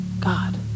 God